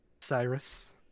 Cyrus